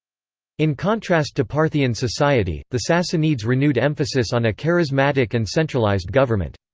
in contrast to parthian society, the sassanids renewed emphasis on a charismatic and centralized government.